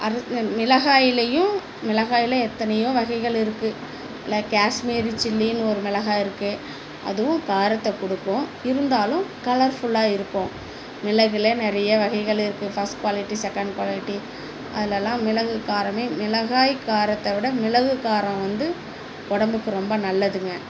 அது இந்த மிளகாய்லேயும் மிளகாயில் எத்தனையோ வகைகள் இருக்குது இதில் கேஷ்மீரி சில்லின்னு ஒரு மிளகாய் இருக்குது அதுவும் காரத்தை கொடுக்கும் இருந்தாலும் கலர்ஃபுல்லா இருக்கும் மிளகில் நிறைய வகைகள் இருக்குது ஃபஸ்ட் குவாலிட்டி செகண்ட் குவாலிட்டி அதெலலாம் மிளகு காரமே மிளகாய் காரத்தை விட மிளகு காரம் வந்து உடம்புக்கு ரொம்ப நல்லதுங்கள்